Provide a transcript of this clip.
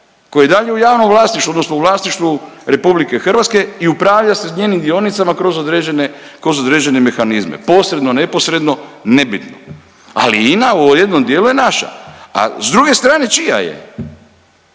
koja je i dalje u javnom vlasništvu odnosno u vlasništvu RH i upravlja se s njenim dionicama kroz određene, kroz određene mehanizme, posredno, neposredno, nebitno, ali INA u ovom jednom dijelu je naša, a s druge strane čija je,